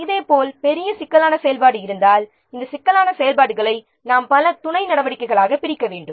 இதேபோல் பெரிய சிக்கலான செயல்பாடு இருந்தால் இந்த சிக்கலான செயல்பாடுகளை நாம் பல துணை நடவடிக்கைகளாகப் பிரிக்க வேண்டும்